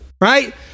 right